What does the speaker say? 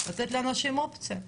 לתת לאנשים אופציה,